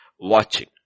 watching